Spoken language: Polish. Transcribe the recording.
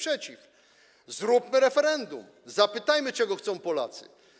Zróbmy referendum, zapytajmy, czego chcą Polacy.